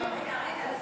סמכויות הוועדה,